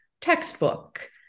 textbook